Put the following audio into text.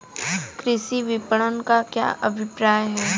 कृषि विपणन का क्या अभिप्राय है?